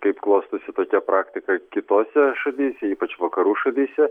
kaip klostosi tokia praktika kitose šalyse ypač vakarų šalyse